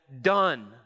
done